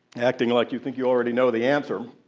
acting like you think you already know the answer,